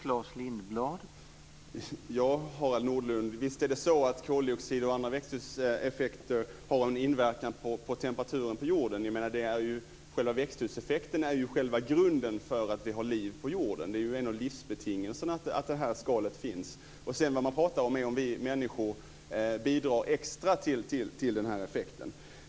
Herr talman! Ja, visst är det så, Harald Nordlund, att koldioxidutsläpp och andra växthuseffekter har en inverkan på temperaturen på jorden. Växthuseffekten är ju grunden för att vi har liv på jorden. Att det skalet finns är en av livsbetingelserna. Vad vi pratar om är om vi människor bidrar ytterligare till den här effekten.